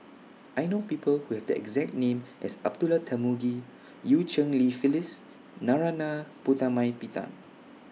I know People Who Have The exact name as Abdullah Tarmugi EU Cheng Li Phyllis Narana Putumaippittan